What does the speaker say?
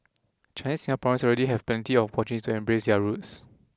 Chinese Singaporeans already have plenty of opportunities to embrace their roots